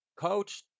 Coach